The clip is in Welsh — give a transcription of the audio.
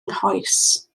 nghoes